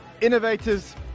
innovators